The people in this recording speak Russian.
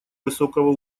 высокого